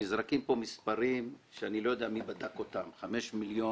נזרקים פה מספרים שאני לא יודע מי בדק אותם: 5 מיליון